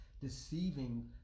deceiving